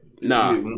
Nah